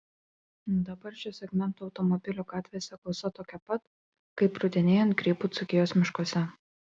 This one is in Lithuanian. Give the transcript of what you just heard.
dabar šio segmento automobilių gatvėse gausa tokia pat kaip rudenėjant grybų dzūkijos miškuose